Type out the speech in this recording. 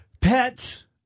pets